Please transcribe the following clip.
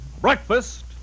Breakfast